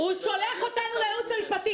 הוא שולח אותנו לייעוץ המשפטי.